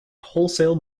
wholesale